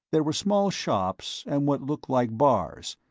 there were small shops and what looked like bars,